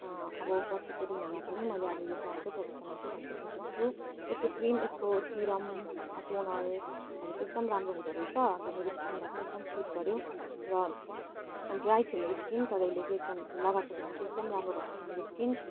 अब पछिको दिनहरूमा पनि मैले अब यो प्लमकै प्रोडक्टहरू चलाउँछु भनेर सोचेको छु यसको क्रिम यसको सिरम टोनरहरू चाहिँ एकदम राम्रो हुँदोरहेछ अन्त मेरो स्किनहरूलाई पनि एकदम सुट गऱ्यो र ड्राइ थियो मेरो स्किन यसले चाहिँ लगाएकोदेखि एकदम राम्रो भएको छ मेरो स्किन